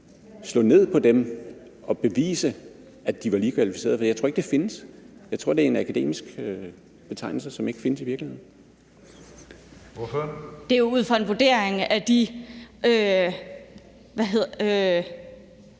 slå ned på det og bevise, at de to her var lige kvalificerede? Jeg tror ikke, det findes. Jeg tror, det er en akademisk betegnelse, som ikke findes i virkeligheden. Kl. 14:53 Tredje næstformand (Karsten Hønge): Ordføreren.